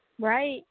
Right